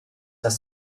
das